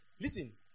Listen